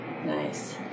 Nice